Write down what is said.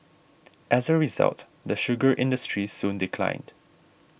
as a result the sugar industry soon declined